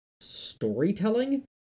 storytelling